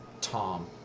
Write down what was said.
Tom